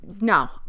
no